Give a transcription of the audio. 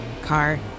Car